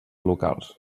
locals